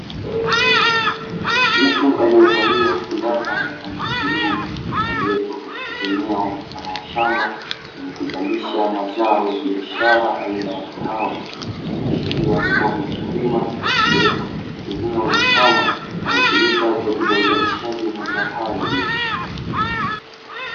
Mtu aliyevalia fulana ya rangi ya bluu aliopo katika eneo la mfano wa shamba lenye kuzalisha mazao ya biashara aina ya kahawa, ikiashiria kuwa ni mkulima katika eneo la shamba linalotumika kwa uzalisha wa mazoa hayo ya biashara.